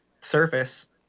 Surface